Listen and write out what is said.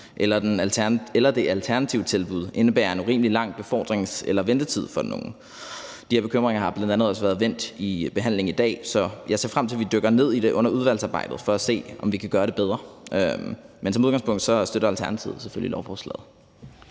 eller hvis det alternative tilbud indebærer en urimelig lang befordrings- eller ventetid for den unge. De her bekymringer har bl.a. også været vendt i behandlingen i dag, så jeg ser frem til, at vi dykker ned i det under udvalgsarbejdet for at se, om vi kan gøre det bedre. Men som udgangspunkt støtter Alternativet selvfølgelig lovforslaget.